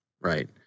Right